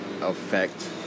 effect